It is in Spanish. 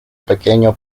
pequeño